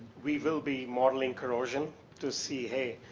we will be modeling corrosion to see, hey,